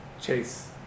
chase